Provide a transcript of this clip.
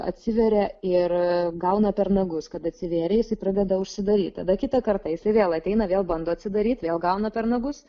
atsiveria ir gauna per nagus kad atsivėrė jisai pradeda užsidaryt tada kitą kartą jisai vėl ateina vėl bando atsidaryt vėl gauna per nagus